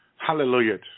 Hallelujah